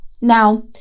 Now